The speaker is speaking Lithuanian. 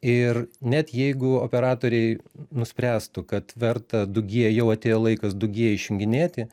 ir net jeigu operatoriai nuspręstų kad verta du gie jau atėjo laikas du gie išjunginėti